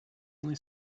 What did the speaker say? only